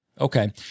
Okay